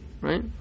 Right